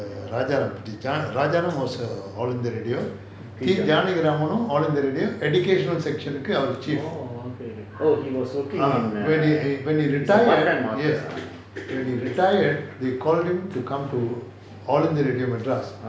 rajaram was err all india radio T janakiraman was also in all india radio education section கு அவரு:ku avaru chief ah when he when he retired yes when he retired they call him to come to all india radio madras